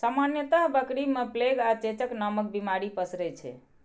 सामान्यतः बकरी मे प्लेग आ चेचक नामक बीमारी पसरै छै